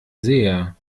seher